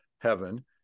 heaven